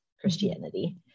Christianity